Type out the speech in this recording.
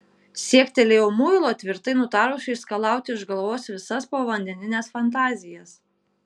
siektelėjau muilo tvirtai nutarusi išskalauti iš galvos visas povandenines fantazijas